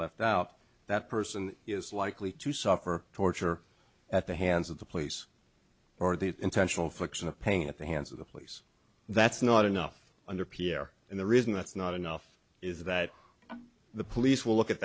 left out that person is likely to suffer torture at the hands of the place or the intentional infliction of pain at the hands of the place that's not enough under pierre and the reason that's not enough is that the police will look at